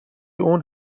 اون